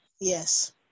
Yes